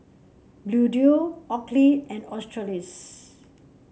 Bluedio Oakley and Australis